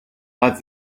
but